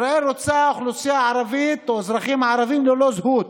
ישראל רוצה אוכלוסייה ערבית או אזרחים ערבים ללא זהות,